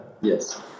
Yes